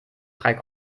drei